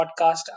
podcast